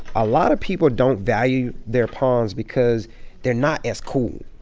a lot of people don't value their pawns because they're not as cool.